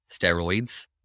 steroids